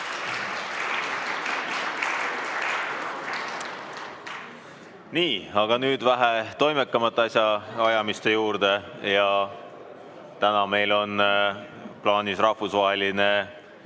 Nii, aga nüüd vähe toimekamate asjaajamiste juurde. Täna on meil plaanis rahvusvahelise